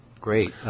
great